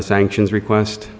the sanctions request